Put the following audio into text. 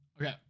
Okay